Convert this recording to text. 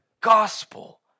gospel